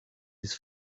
his